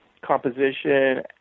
composition